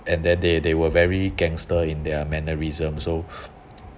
and then they they were very gangster in their mannerism so